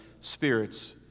spirits